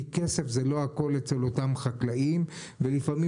כי כסף זה לא הכול אצל אותם חקלאים ולפעמים